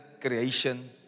creation